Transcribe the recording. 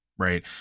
Right